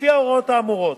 לפי ההוראות האמורות,